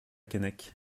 keinec